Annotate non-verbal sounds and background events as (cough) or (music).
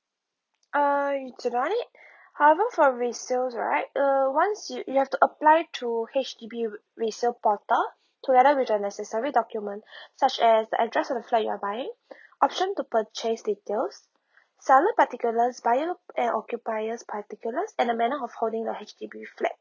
uh you do not need (breath) however for resale right uh once you you have to apply through H_D_B re~ resale portal together with your necessary documents (breath) such as the address of the flat you're buying (breath) option to purchase details seller particulars buyer and occupiers particulars and the manual of holding the H_D_B flat